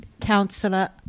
Councillor